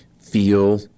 feel